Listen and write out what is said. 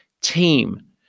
team